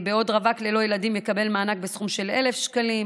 בעוד רווק ללא ילדים יקבל מענק בסכום של 1,000 שקלים.